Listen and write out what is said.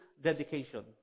dedication